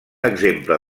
exemple